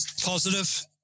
positive